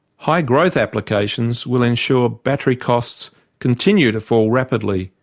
high growth applications will ensure battery costs continue to fall rapidly,